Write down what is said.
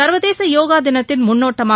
சர்வதேச யோகா தினத்தின் முன்னோட்டமாக